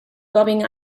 bobbing